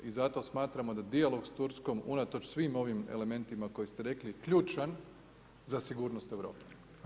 I zato smatramo da dijalog s Turskom unatoč svim ovim elementima koje ste rekli, ključan za sigurnost Europe.